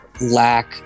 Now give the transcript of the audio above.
lack